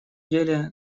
деле